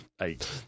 eight